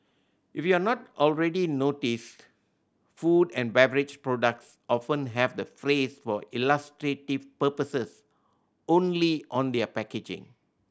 if you're not already noticed food and beverage products often have the phrase for illustrative purposes only on their packaging